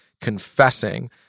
confessing